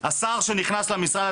השר שנכנס למשרד,